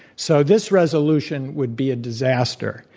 so this resolution would be a disaster,